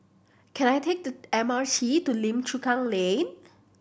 can I take the M R T to Lim Chu Kang Lane